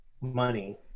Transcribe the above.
money